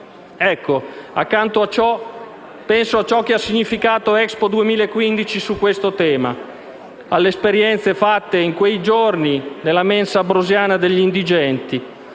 Accanto a tutto ciò, penso a ciò che ha significato l'Expo 2015 su questo tema e alle esperienze fatte in quei giorni nella mensa ambrosiana degli indigenti,